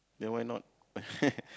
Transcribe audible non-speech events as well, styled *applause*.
then why not *laughs*